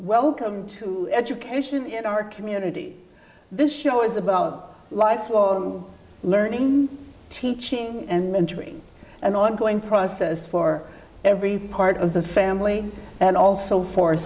welcome to education in our community this show is about life well learning teaching and mentoring an ongoing process for every part of the family and also for